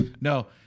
No